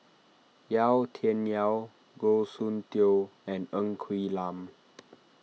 Yau Tian Yau Goh Soon Tioe and Ng Quee Lam